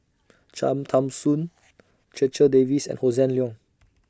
Cham Tao Soon Checha Davies and Hossan Leong